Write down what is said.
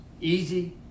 easy